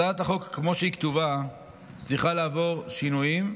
הצעת החוק כמו שהיא כתובה צריכה לעבור שינויים,